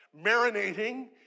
marinating